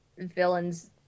Villains